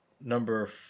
number